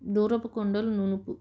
దూరపు కొండలు నునుపు